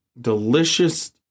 delicious